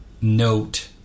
note